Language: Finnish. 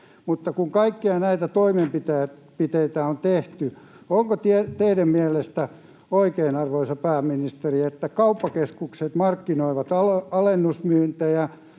Mutta kun kaikkia näitä toimenpiteitä on tehty, onko teidän mielestänne oikein, arvoisa pääministeri, että kauppakeskukset markkinoivat alennusmyyntejä,